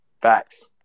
Facts